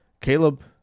Caleb